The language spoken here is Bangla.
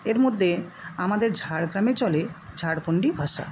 এর মধ্যে আমাদের ঝাড়গ্রামে চলে ঝাড়খণ্ডী ভাষা